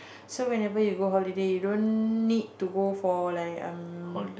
so whenever you go holiday you don't need to go for like um